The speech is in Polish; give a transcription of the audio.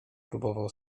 próbował